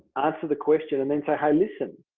answer the question and then say, hey, listen,